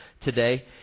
today